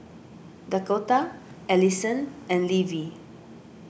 Dakotah Alyson and Levie